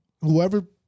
Whoever